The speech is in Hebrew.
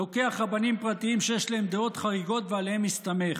לוקח רבנים פרטיים שיש להם דעות חריגות ועליהם מסתמך.